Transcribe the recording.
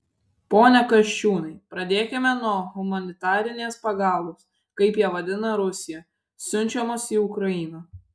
pone kasčiūnai pradėkime nuo humanitarinės pagalbos kaip ją vadina rusija siunčiamos į ukrainą